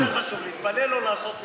אז מה יותר חשוב, להתפלל או לעשות מצוות?